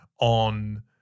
on